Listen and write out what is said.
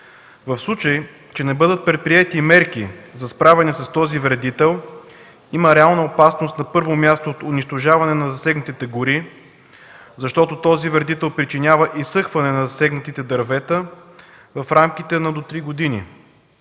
В случай, че не бъдат предприети мерки за справяне с този вредител, има реална опасност, на първо място, от унищожаване на засегнатите гори, защото този вредител причинява изсъхване на засегнатите дървета в рамките до три години.